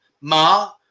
Ma